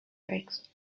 brakes